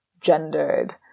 gendered